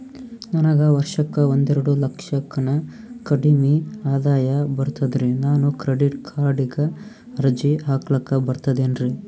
ನನಗ ವರ್ಷಕ್ಕ ಒಂದೆರಡು ಲಕ್ಷಕ್ಕನ ಕಡಿಮಿ ಆದಾಯ ಬರ್ತದ್ರಿ ನಾನು ಕ್ರೆಡಿಟ್ ಕಾರ್ಡೀಗ ಅರ್ಜಿ ಹಾಕ್ಲಕ ಬರ್ತದೇನ್ರಿ?